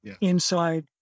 inside